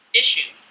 issue